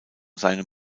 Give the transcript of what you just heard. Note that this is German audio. seinem